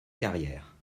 carrière